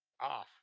off